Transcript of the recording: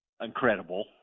incredible